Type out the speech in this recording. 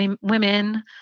women